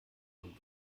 und